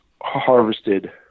harvested